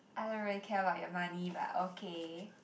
I don't really care about your money but okay